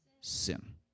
sin